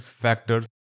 factors